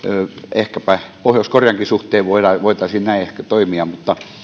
ehkäpä pohjois koreankin suhteen voitaisiin näin toimia mutta